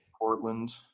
Portland